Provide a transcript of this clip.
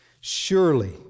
Surely